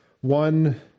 one